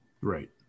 right